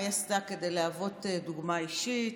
מה היא עשתה כדי להוות דוגמה אישית,